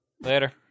Later